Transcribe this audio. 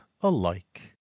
alike